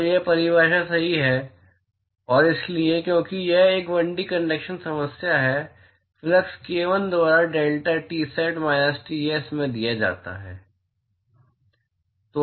तो यह परिभाषा सही है और इसलिए क्योंकि यह एक 1D कनडक्शन समस्या है फ्लक्स k l द्वारा डेल्टा द्वारा Tsat माइनस Ts में दिया जाता है